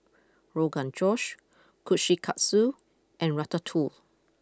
Rogan Josh Kushikatsu and Ratatouille